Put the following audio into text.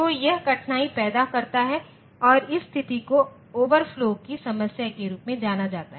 तो यह कठिनाई पैदा करता है और इस स्थिति को ओवरफ्लो की समस्या के रूप में जाना जाता है